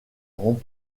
ronds